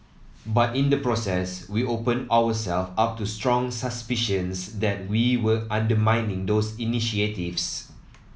but in the process we opened ourselves up to strong suspicions that we were undermining those initiatives